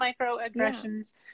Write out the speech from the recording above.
microaggressions